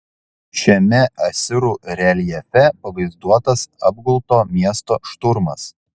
šiame asirų reljefe pavaizduotas apgulto miesto šturmas